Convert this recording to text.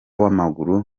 w’amaguru